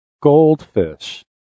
goldfish